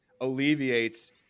alleviates